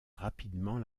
rapidement